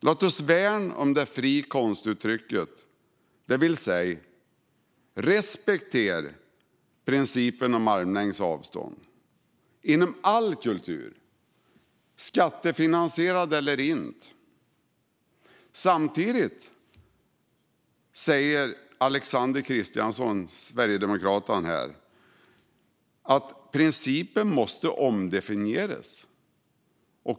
Låt oss värna om det fria konstuttrycket, det vill säga respektera principen om armlängds avstånd inom all kultur, skattefinansierad eller inte. Alexander Christiansson från Sverigedemokraterna säger att principen måste omdefinieras.